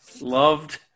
Loved